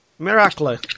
miracle